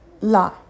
la